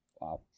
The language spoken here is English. Wow